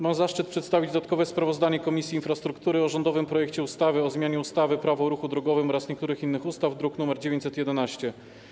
Mam zaszczyt przedstawić dodatkowe sprawozdanie Komisji Infrastruktury o rządowym projekcie ustawy o zmianie ustawy - Prawo o ruchu drogowym oraz niektórych innych ustaw, druk nr 911.